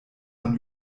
man